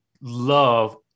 love